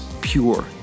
pure